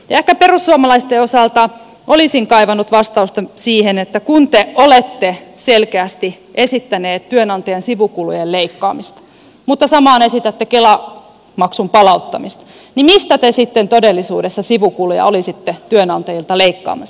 ehkä perussuomalaisten osalta olisin kaivannut vastausta siihen että kun te olette selkeästi esittäneet työnantajan sivukulujen leikkaamista mutta samaan aikaan esitätte kela maksun palauttamista niin mistä te sitten todellisuudessa sivukuluja olisitte työnantajilta leikkaamassa